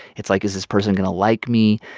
it's like, is this person going to like me?